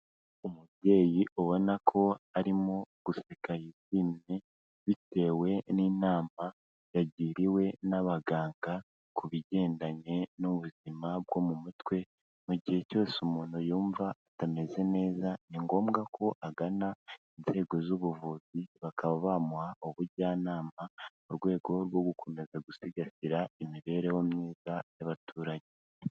Umubyeyi ubona ko arimo guseka yishinze bitewe n'inama yagiriwe n'abaganga ku bigendanye n'ubuzima bwo mu mutwe, mu gihe cyose umuntu yumva atameze neza ni ngombwa ko agana inzego z'ubuvuzi bakaba bamuha ubujyanama, mu rwego rwo gukomeza gusigasira imibereho myiza y'abaturage.